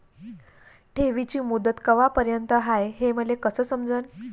ठेवीची मुदत कवापर्यंत हाय हे मले कस समजन?